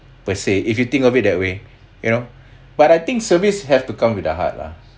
per se if you think of it that way you know but I think service have to come with the heart lah